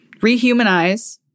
rehumanize